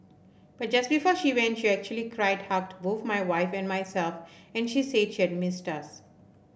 but just before she went she actually cried hugged both my wife and myself and she said she'd missed us